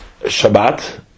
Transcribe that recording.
Shabbat